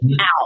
out